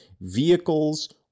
vehicles